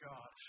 God